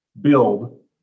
build